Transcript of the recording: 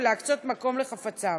ולהקצות מקום לחפציו.